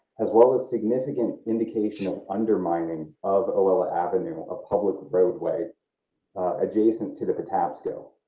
as well as significant indication of undermining of oella avenue of public roadway adjacent to the patapsco.